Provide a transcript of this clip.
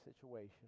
situation